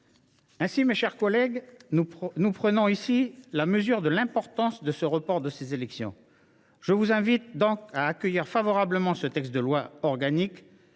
faut, mes chers collègues, prendre la mesure de l’importance d’un report de ces élections. Je vous invite donc à accueillir favorablement ce projet de loi organique,